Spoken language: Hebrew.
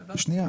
שנייה.